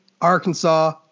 Arkansas